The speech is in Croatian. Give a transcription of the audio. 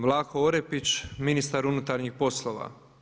Vlaho Orepić, ministar unutarnjih poslova.